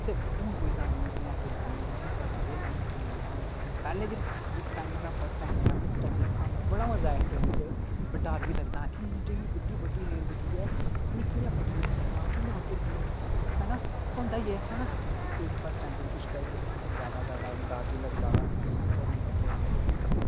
ते हून कोई गल्ल निं में ट्रेन च निं जां मिगी पता बी निं ऐ ट्रेन दा हून कि पैह्लें जिस टाइम में फर्स्ट टाइम गेआ में उस टाइम में निक्का होंदा हा बड़ा मज़ा आया हा ट्रेन च पर डर बी लगदा कि इ'न्नी बड्डी बड्डी रेलगड्डी ऐ निक्की नेही पटरी पर चलना कि'यां उतरगी ऐ ना होंदा ई ऐ ऐ ना जेल्लै फर्स्ट टाइम करगे ते फिर ज्यादा ज्यादा डर बी लगदा थोह्ड़ी जेही मतलब